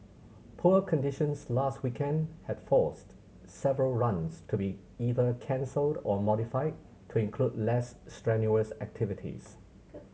poor conditions last weekend had forced several runs to be either cancelled or modified to include less strenuous activities